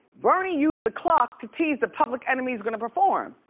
bernie used the clock to tease the public enemy's gonna perform.